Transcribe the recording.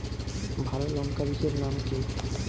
ভালো লঙ্কা বীজের নাম কি?